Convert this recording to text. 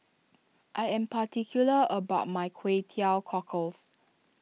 I am particular about my Kway Teow Cockles